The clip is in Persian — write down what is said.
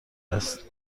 است